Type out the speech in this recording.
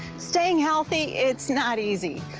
staying healthy, its not easy.